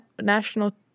national